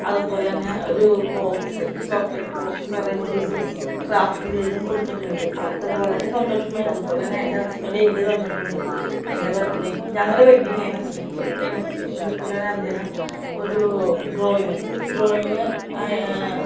അതുപോലെതന്നെ ഒരു box chocolate box arrange ചെയ്തും ക്രാഫ്റ്റ് ചെയ്തും കൊടുത്തിട്ടുണ്ട് അവള്ക്കത് വളരെ സന്തോഷമായി അതുപോലെ തന്നെ എൻ്റെ ഹസ്ബൻഡ് എനിക്ക് തന്നിട്ടുണ്ട് എൻ്റെ ബർത്ത് ഡേക്ക് ഞങ്ങളുടെ വെഡിങ് ആനിവേഴ്സറിക്ക് എനിക്ക് ഇതുപോലെതന്നെ അദ്ദേഹം ഒരു ഡ്രോയിങ്ങ് ഡ്രോയിങ്ങ്